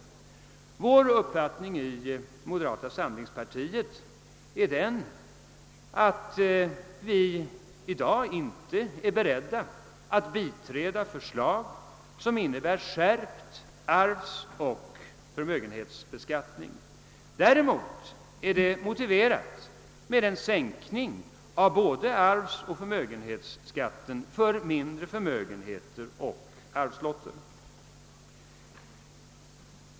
Vår uppfattning inom moderata samlingspartiet är att vi i dag inte är beredda att biträda förslag som innebär skärpt arvsoch förmögenhetsbeskattning. Däremot är det motiverat med en sänkning av både arvsoch förmögenhetsskatten för mindre arvslotter och förmögenheter.